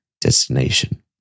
destination